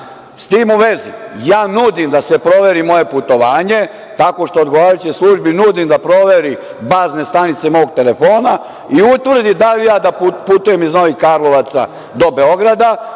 tim u vezi, ja nudim da se proveri moje putovanje, tako što odgovarajućoj službi nudim da proveri bazne stanice mog telefona i utvrdi da li ja putujem iz Novih Karlovaca do Beograda. Isto